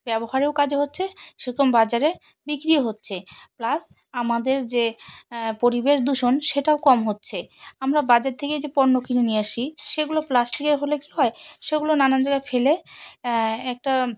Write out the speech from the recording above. ব্যবহারেও কাজে হচ্ছে সেরকম বাজারে বিক্রি হচ্ছে প্লাস আমাদের যে পরিবেশ দূষণ সেটাও কম হচ্ছে আমরা বাজার থেকে যে পণ্য কিনে নিয়ে আসি সেগুলো প্লাস্টিকের হলে কী হয় সেগুলো নানান জায়গায় ফেলে একটা